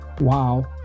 wow